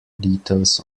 details